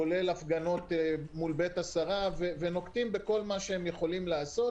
כולל הפגנות מול בית השרה ונוקטים בכל מה שיכולים לעשות